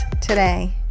today